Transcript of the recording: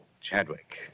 Chadwick